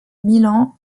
milan